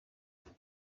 rwego